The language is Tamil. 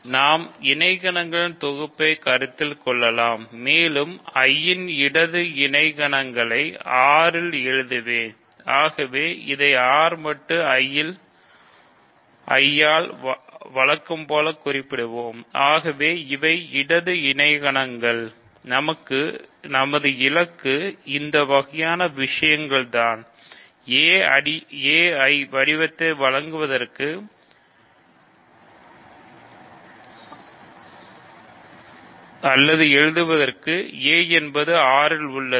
நாம் இணைகணகளின் நமது இலக்கு இந்த வகையான விஷயங்கள்தான் aI வடிவத்தை உருவாக்குவது அல்லது எழுதுவது a என்பது R ல் உள்ளது